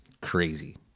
crazy